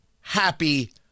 happy